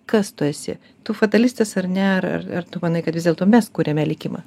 kas tu esi tu fatalistas ar ne ar ar tu manai kad vis dėlto mes kuriame likimą